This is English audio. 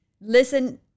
Listen